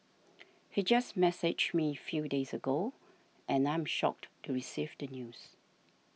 he just messaged me few days ago and I am shocked to receive the news